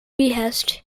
behest